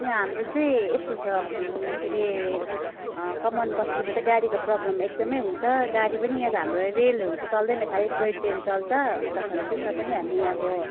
यहाँ हाम्रो चाहिँ यस्तो छ के अरे कमान बस्तीमा त गाडीको प्रब्लम एकदमै हुन्छ गाडी पनि यहाँ त हाम्रो रेलहरू त चल्दैन खालि टोय ट्रेन चल्छ अन्तखेरि त्यसमा पनि हामी अब